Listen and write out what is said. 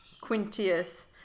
Quintius